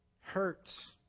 Hurts